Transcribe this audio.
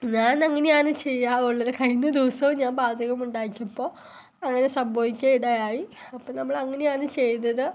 ഞാൻ അങ്ങനെയാണ് ചെയ്യാറുള്ളത് കഴിഞ്ഞ ദിവസോം ഞാൻ പാചകമുണ്ടാക്കിയപ്പോൾ അങ്ങനെ സംഭവിക്കനിടയായി അപ്പോൾ നമ്മൾ അങ്ങനെയാന്ന് ചെയ്തത്